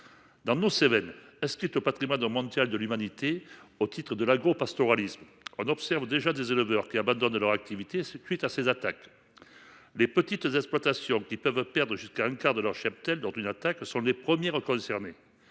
Dans les Cévennes, territoire inscrit au patrimoine mondial de l’Unesco pour son agropastoralisme, on observe déjà que des éleveurs abandonnent leur activité à la suite de ces attaques. Les petites exploitations qui peuvent perdre jusqu’à un quart de leur cheptel dans une attaque sont les premières concernées.